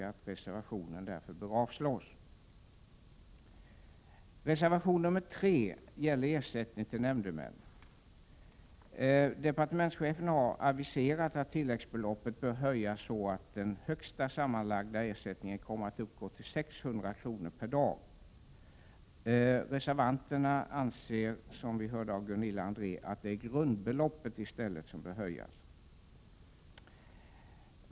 Reservationen bör därför avslås. Reservation nr 3 gäller ersättning till nämndemän. Departementschefen har aviserat att tilläggsbeloppet bör höjas så att den högsta sammanlagda ersättningen kommer att uppgå till 600 kr. per dag. Reservanterna anser som vi hörde av Gunilla André att det är grundbeloppet som skall höjas.